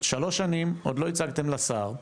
שלוש שנים עוד לא הצגתם לשר,